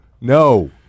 No